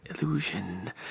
illusion